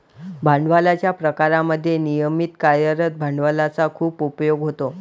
भांडवलाच्या प्रकारांमध्ये नियमित कार्यरत भांडवलाचा खूप उपयोग होतो